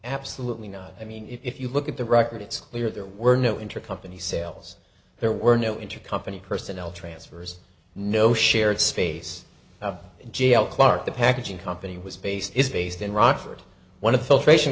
absolutely not i mean if you look at the record it's clear there were no intercompany sales there were no intercompany personnel transfers no shared space in jail clark the packaging company was based is based in rockford one of the filtration